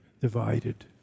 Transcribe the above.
divided